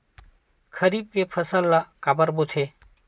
खरीफ के फसल ला काबर बोथे?